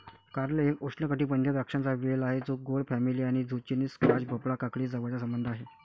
कारले एक उष्णकटिबंधीय द्राक्षांचा वेल आहे जो गोड फॅमिली आणि झुचिनी, स्क्वॅश, भोपळा, काकडीशी जवळचा संबंध आहे